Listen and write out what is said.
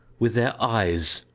with their eyes.